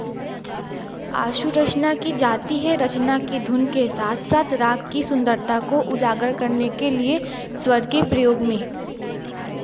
आशुरचना की जाती है रचना की धुन के साथ साथ राग की सुंदरता को उजागर करने के लिए स्वर के प्रयोग में